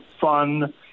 fun